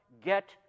get